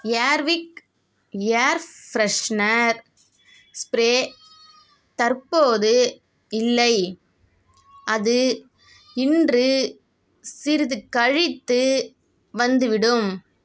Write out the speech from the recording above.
ஏர் Wick air freshener spray தற்போது இல்லை அது இன்று சிறிது கழித்து வந்துவிடும்